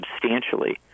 substantially